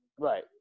Right